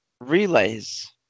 relays